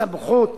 הסמכות